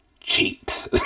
cheat